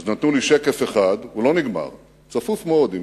אז נתנו לי שקף אחד, הוא לא נגמר, צפוף מאוד,